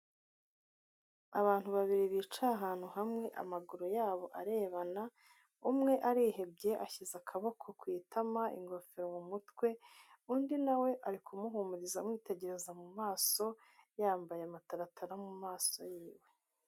Abantu babiri bicaye ahantu hamwe, amaguru yabo arebana, umwe arihebye, ashyize akaboko ku itama, ingofero mu mutwe, undi na we ari kumuhumuriza, amwitegereza mu maso, yambaye amataratara mu maso ye.